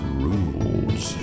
rules